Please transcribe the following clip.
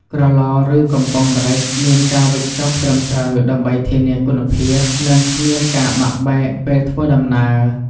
ក្រឡ ឬ កំប៉ុងម្រេចមានការវេចខ្ចប់ត្រឹមត្រូវ ដើម្បីធានាគុណភាព និងគ្មានការបាក់បែកពេលធ្វើដំណើរ។